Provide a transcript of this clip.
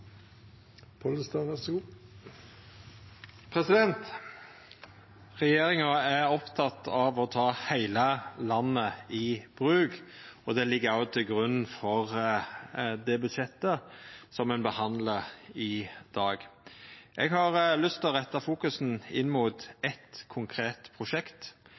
Regjeringa er oppteken av å ta heile landet i bruk. Det ligg òg til grunn for budsjettet ein behandlar i dag. Eg har lyst til å retta fokuset inn mot eit konkret prosjekt.